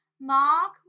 Mark